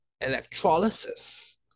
electrolysis